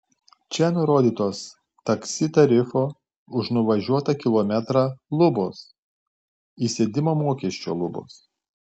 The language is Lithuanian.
čia nurodytos taksi tarifo už nuvažiuotą kilometrą lubos įsėdimo mokesčio lubos